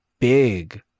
Big